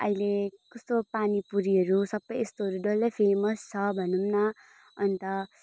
अहिले कस्तो पानीपुरीहरू सबै यस्तोहरू डल्लै फेमस छ भनौँ न अन्त